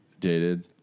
dated